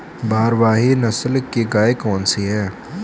भारवाही नस्ल की गायें कौन सी हैं?